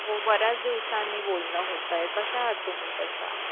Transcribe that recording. हो बऱ्याच दिवसांनी बोलणं होत आहे कसे आहात तुम्ही तशा